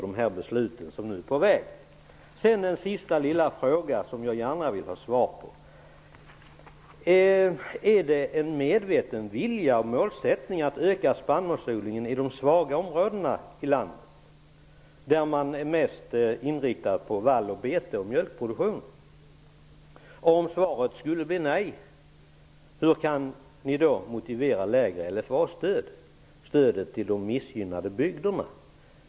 Avslutningsvis har jag en liten fråga som jag gärna vill ha svar på. Är det en medveten vilja och målsättning att öka spannmålsodlingen i de svaga områdena i landet där man är mest inriktad på vall, bete och mjölkproduktion? Om svaret är nej undrar jag hur ni kan motivera lägre LFA-stöd, stödet till de missgynnade bygderna.